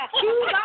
two